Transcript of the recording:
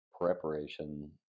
preparation